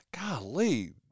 golly